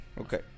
Okay